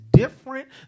different